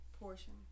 portion